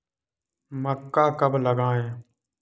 मक्का कब लगाएँ?